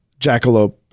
Jackalope